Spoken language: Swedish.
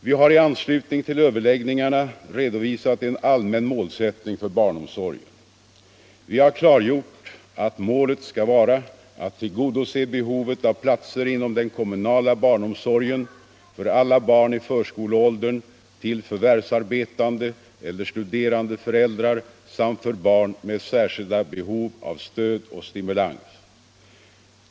Vi har i anslutning till överläggningarna redovisat en allmän målsättning för barnomsorgen. Vi har klargjort att målet skall vara att tillgodose behovet av platser inom den kommunala barnomsorgen för alla barn i förskoleåldern till förvärvsarbetande eller studerande föräldrar samt för barn med särskilda behov av stöd och stimulans.